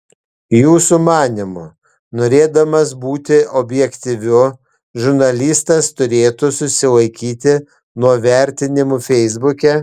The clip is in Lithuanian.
jūsų manymu norėdamas būti objektyviu žurnalistas turėtų susilaikyti nuo vertinimų feisbuke